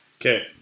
Okay